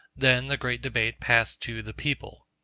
then the great debate passed to the people.